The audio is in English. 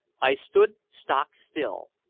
i stood stock-still,